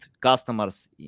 customers